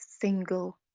single